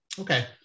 Okay